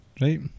Right